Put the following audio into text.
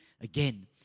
again